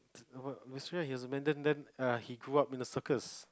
he has abandoned then uh he grew up in a circus